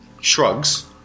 shrugs